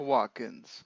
Watkins